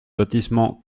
lotissement